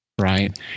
Right